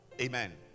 Amen